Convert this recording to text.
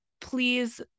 please